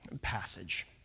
passage